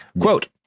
Quote